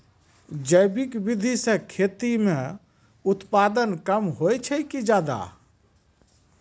जैविक विधि से खेती म उत्पादन कम होय छै कि ज्यादा?